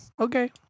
Okay